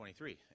23